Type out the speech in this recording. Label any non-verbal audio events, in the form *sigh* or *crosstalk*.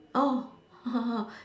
orh *laughs*